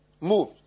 Move